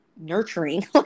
nurturing